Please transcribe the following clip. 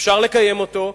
אפשר לקיים אותו.